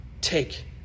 take